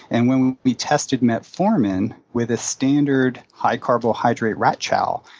and when we tested metformin with a standard high carbohydrate rat chow,